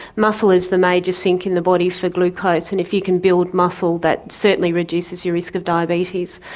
muscle is the major sink in the body for glucose, and if you can build muscle, that certainly reduces your risk of diabetes.